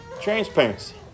Transparency